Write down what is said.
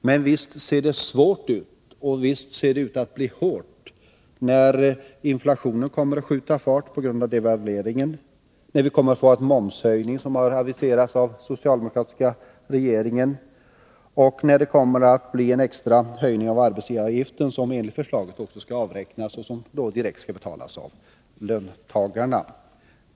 Men visst ser det svårt ut, och visst ser det ut att bli hårt — när inflationen kommer att skjuta fart på grund av devalveringen, när vi kommer att få den momshöjning som aviserats av den socialdemokratiska regeringen och när det kommer att bli en extra höjning av arbetsgivaravgiften, en höjning som enligt förslaget skall avräknas och då direkt bekostas av löntagarna.